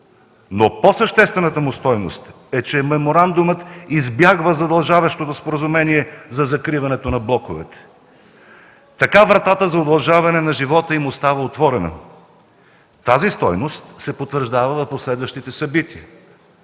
Но по-съществената му стойност е, че меморандумът избягва задължаващото споразумение за закриването на блоковете. Така вратата за удължаване на живота им остава отворена. Тази стойност се потвърждава от последващите събития,